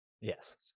Yes